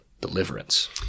deliverance